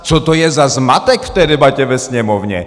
Co to je za zmatek v té debatě ve Sněmovně?